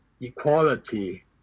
equality